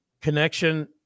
Connection